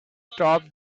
stop